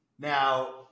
Now